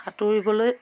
সাঁতুৰিবলৈ